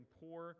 poor